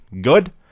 good